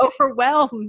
overwhelmed